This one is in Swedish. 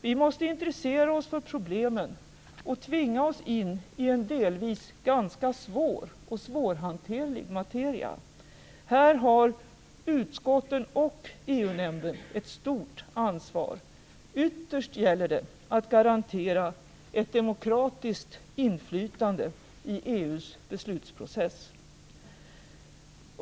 Vi måste intressera oss för problemen och tvinga oss in i en delvis ganska svår och svårhanterlig materia. Här har utskotten och EU-nämnden ett stort ansvar. Ytterst gäller det att garantera ett demokratiskt inflytande i EU:s beslutsprocess.